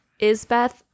Isbeth